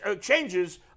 changes